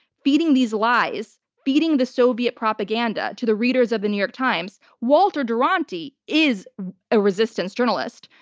feeding these lies, feeding the soviet propaganda to the readers of the new york times. walter duranty is a resistance journalist.